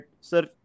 sir